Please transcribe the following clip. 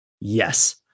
Yes